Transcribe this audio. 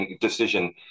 decision